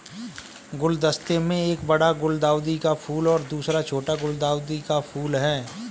गुलदस्ते में एक बड़ा गुलदाउदी का फूल और दूसरा छोटा गुलदाउदी का फूल है